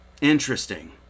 interesting